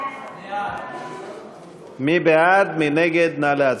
סעיפים 1 2 נתקבלו.